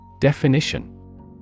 Definition